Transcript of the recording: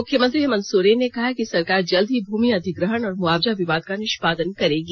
मुख्यमंत्री हेमंत सोरेन ने कहा है कि सरकार जल्द ही भूमि अधिग्रहण और मुआवजा विवाद का निष्पादन करेगी